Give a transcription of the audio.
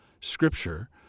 Scripture